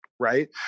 Right